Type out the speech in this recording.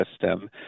system